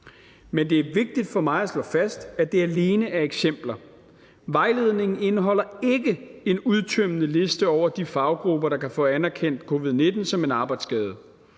Men det er vigtigt for mig at slå fast, at det alene er eksempler – vejledningen indeholder ikke en udtømmende liste over de faggrupper, der kan få anerkendt covid-19 som en arbejdsskade.